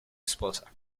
esposa